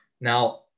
Now